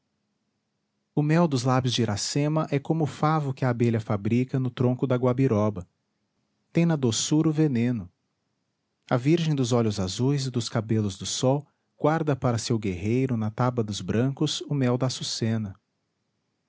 o mel dos lábios de iracema é como o favo que a abelha fabrica no tronco da guabiroba tem na doçura o veneno a virgem dos olhos azuis e dos cabelos do sol guarda para seu guerreiro na taba dos brancos o mel da açucena